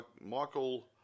Michael